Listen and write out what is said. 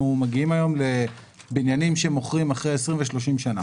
מגיעים היום לבניינים שמוכרים אחרי 20 ו-30 שנים